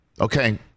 Okay